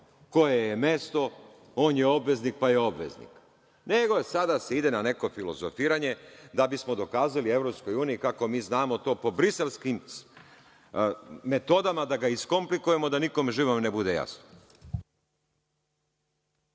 koje je mesto, on je obveznik pa je obveznik. Nego se sad ide na neko filozofiranje da bismo dokazali EU kako mi znamo to po briselskim metodama da ga iskomplikujemo da nikome živom ne bude jasno.